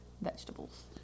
vegetables